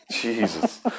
Jesus